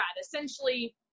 essentially